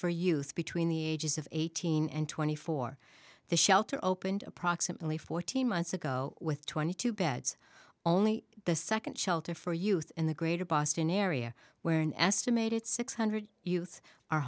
for youth between the ages of eighteen and twenty four the shelter opened approximately fourteen months ago with twenty two beds only the second shelter for youth in the greater boston area where an estimated six hundred youth are